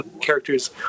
characters